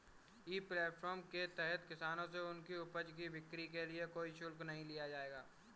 ई platform के तहत किसानों से उनकी उपज की बिक्री के लिए कुछ भी शुल्क नहीं लिया जाएगा